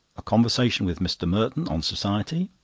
a conversation with mr. merton on society.